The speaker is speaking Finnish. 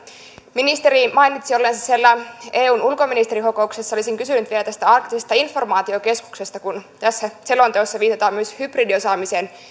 ministeri mainitsi olleensa siellä eun ulkoministerikokouksessa olisin kysynyt vielä tästä arktisesta informaatiokeskuksesta kun tässä selonteossa viitataan myös hybridiosaamisen